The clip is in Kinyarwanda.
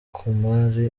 kumar